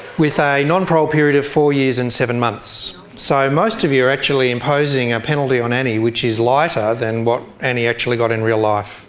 with a non-parole period of four years and seven months. so most of you are actually imposing a penalty on annie which is lighter than what annie actually got in real life.